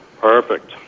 Perfect